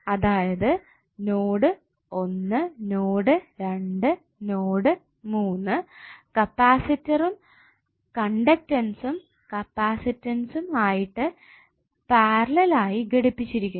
അതായത് node 1 node 2 node 3 കപ്പാസിറ്ററും കണ്ടക്ടസ്സും കപ്പാസിറ്റസ്സും ആയിട്ടു പാരലൽ ആയി ഘടിപ്പിച്ചിരിക്കുന്നത്